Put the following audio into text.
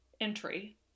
entry